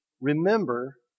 remember